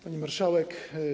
Pani Marszałek!